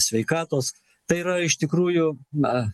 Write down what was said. sveikatos tai yra iš tikrųjų na